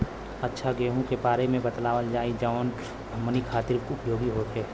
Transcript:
अच्छा गेहूँ के बारे में बतावल जाजवन हमनी ख़ातिर उपयोगी होखे?